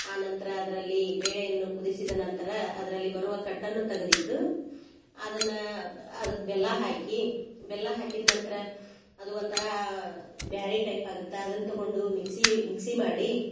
ಆ ನಂತರ ಅದರಲ್ಲಿ ಬೇಳೆಯನ್ನು ಕುದಿಸಿದ ನಂತರ ಅದರಲ್ಲಿ ಬರುವ ಕಟ್ಟನ್ನು ತೆಗೆದಿಟ್ಟು ಅದನ್ನ ಅದಕ್ಕೆ ಬೆಲ್ಲ ಹಾಕಿ ಬೆಲ್ಲ ಹಾಕಿದ ನಂತರ ಅದು ಒಂಥರ ಬ್ಯಾಳಿ ಟೈಪ್ ಆಗತ್ತೆ ಅದನ್ನ ತಗೊಂಡು ಮಿಕ್ಸಿ ಮಿಕ್ಸಿ ಮಾಡಿ